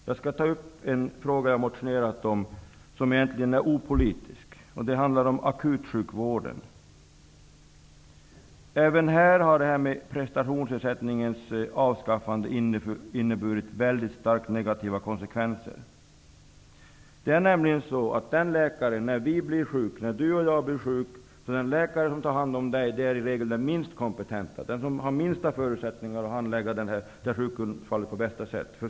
Jag skall ta upp en fråga som jag har motionerat om, som egentligen är opolitisk, och det handlar om akutsjukvården. Även här har avskaffandet av prestationsersättningen fått starkt negativa konsekvenser. Den läkare som tar hand om oss när vi blir sjuka är i regel den som är minst kompetent, som har de sämsta förutsättningarna att handlägga sjukfallet på bästa sätt.